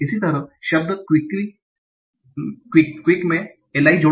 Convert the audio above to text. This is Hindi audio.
इसी तरह शब्द quick